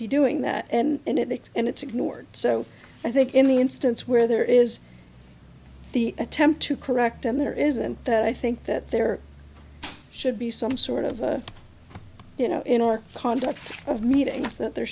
be doing that and it's and it's ignored so i think in the instance where there is the attempt to correct and there isn't that i think that there should be some sort of a you know in our conduct of meetings that there